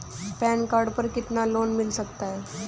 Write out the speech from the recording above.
Pan card पर कितना loan मिल सकता है?